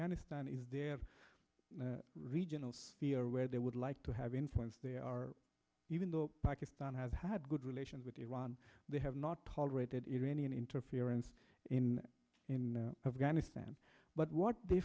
istan is their regional or where they would like to have influence they are even though pakistan has had good relations with iran they have not tolerated iranian interference in in afghanistan but what they